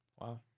Wow